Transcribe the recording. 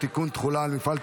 נפגעי